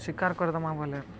ଶିକାର କରିଦମା ବୋଇଲେ